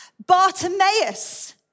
Bartimaeus